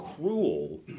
cruel